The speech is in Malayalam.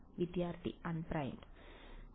വിദ്യാർത്ഥി അൺപ്രൈംഡ് പ്രൈം